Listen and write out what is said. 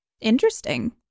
Interesting